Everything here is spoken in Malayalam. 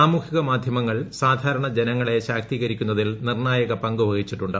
സാമൂഹിക മാധ്യമങ്ങൾ സാധാരണ ജനങ്ങളെ ശാക്തീകരിക്കുന്നതിൽ നിർണ്ണായക പങ്കുവഹിച്ചിട്ടുണ്ട്